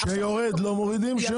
כשיורד, לא מורידים.